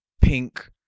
pink